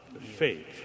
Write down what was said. faith